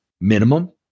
minimum